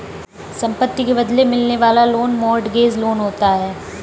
संपत्ति के बदले मिलने वाला लोन मोर्टगेज लोन होता है